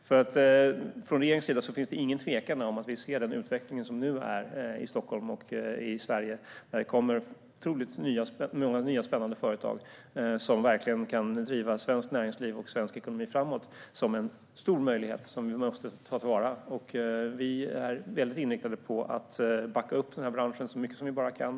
Från regeringens sida finns det ingen tvekan om att vi ser den utveckling som nu pågår i Stockholm och i Sverige, där det kommer otroligt många nya och spännande företag som verkligen kan driva svenskt näringsliv och svensk ekonomi framåt, som en stor möjlighet som vi måste ta till vara. Vi är väldigt inriktade på att backa upp den här branschen så mycket vi bara kan.